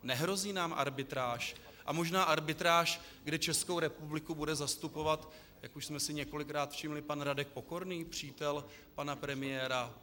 Nehrozí nám arbitráž a možná arbitráž, kde Českou republiku bude zastupovat, jak už jsme si několikrát všimli pan Radek Pokorný, přítel pana premiéra?